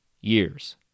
years